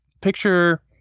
picture